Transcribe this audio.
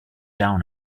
down